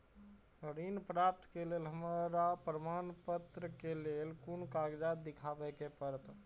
ऋण प्राप्त के लेल हमरा प्रमाण के लेल कुन कागजात दिखाबे के परते?